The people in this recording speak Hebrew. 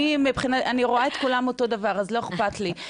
אני רואה את כולם אותו דבר אז לא אכפת לי.